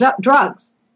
drugs